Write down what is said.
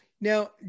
Now